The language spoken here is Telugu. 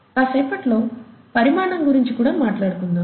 కాసేపర్లో పరిమాణం గురించి మాట్లాడుకుందాం